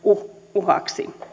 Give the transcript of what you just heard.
uhaksi